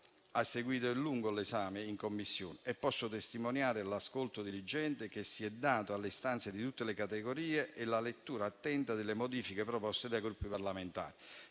ha seguito il lungo esame in Commissione e posso testimoniare l'ascolto diligente che si è dato alle istanze di tutte le categorie e la lettura attenta delle modifiche proposte dai Gruppi parlamentari.